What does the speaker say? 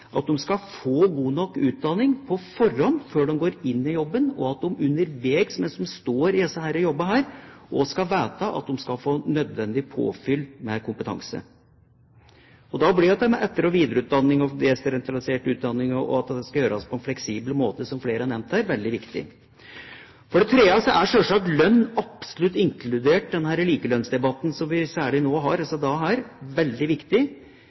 få god nok utdanning, og at de underveis, mens de står i jobb, skal få nødvendig påfyll av kompetanse. Da blir etter- og videreutdanning, desentralisert utdanning og at det skal gjøres på en fleksibel måte, som flere har nevnt her, veldig viktig. For det tredje er selvsagt lønn, absolutt inkludert den likelønnsdebatten som vi har særlig i disse dager, veldig viktig. I den forbindelse, når vi snakker om rekruttering, er det veldig viktig